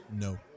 No